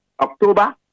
October